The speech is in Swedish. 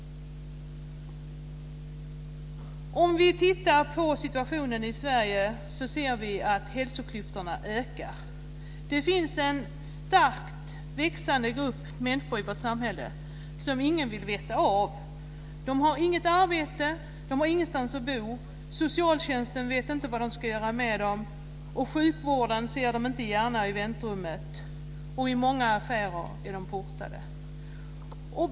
Vi kan titta på situationen i Sverige och vi ser då att hälsoklyftorna ökar. Det finns en starkt växande grupp av människor i vårt samhälle som ingen vill veta av. De har inget arbete. De har ingenstans att bo. Inom socialtjänsten vet man inte vad man ska göra med dem. Sjukvården ser dem inte gärna i väntrummet. I många affärer är de portade.